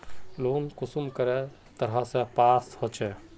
Loan कुंसम करे तरह से पास होचए?